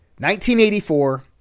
1984